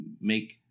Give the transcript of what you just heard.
make